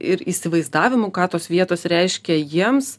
ir įsivaizdavimų ką tos vietos reiškia jiems